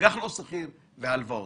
אג"ח לא סחיר והלוואות.